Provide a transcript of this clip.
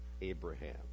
Abraham